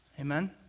Amen